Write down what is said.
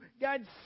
God